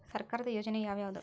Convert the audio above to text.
ಸರ್ಕಾರದ ಯೋಜನೆ ಯಾವ್ ಯಾವ್ದ್?